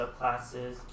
subclasses